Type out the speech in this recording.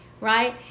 right